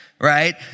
right